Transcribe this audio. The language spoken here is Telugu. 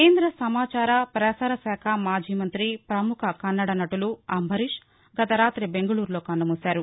కేంద్ర సమాచార పసారశాఖ మాజీ మంతి పముఖ కన్నడ నటులు అంబరీష్ గత రాతి బెంగుకూరులో కన్నుమూశారు